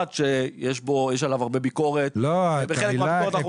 שאמנם יש עליו הרבה ביקורת ועם חלקה אנחנו גם